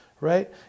Right